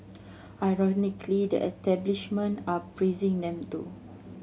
ironically the establishment are praising them too